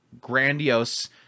grandiose